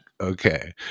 okay